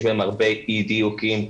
יש בהם הרבה אי דיוקים,